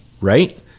Right